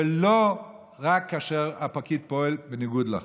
ולא רק כאשר הפקיד פועל בניגוד לחוק,